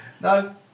No